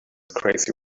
crazy